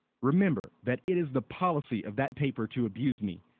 remember that it is the policy of that paper to abuse me,